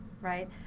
right